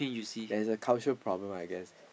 there's a culture problem I guess